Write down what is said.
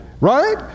Right